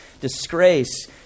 disgrace